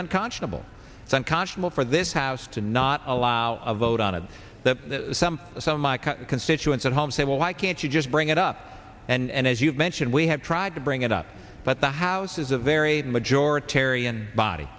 unconscionable it's unconscionable for this house to not allow a vote on it the some some my constituents at home say well why can't you just bring it up and as you've mentioned we have tried to bring it up but the house is a very majority